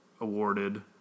awarded